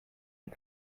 und